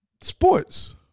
sports